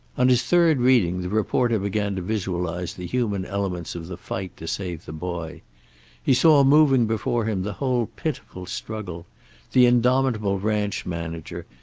on his third reading the reporter began to visualize the human elements of the fight to save the boy he saw moving before him the whole pitiful struggle the indomitable ranch manager,